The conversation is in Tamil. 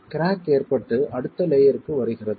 கிராக் ஏற்பட்டு அடுத்த லேயருக்கு வருகிறது